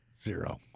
Zero